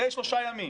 אחרי שלושה ימים,